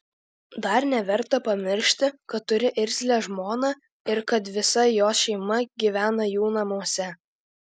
dar neverta pamiršti kad turi irzlią žmoną ir kad visa jos šeima gyvena jų namuose